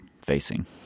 facing